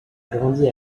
grandi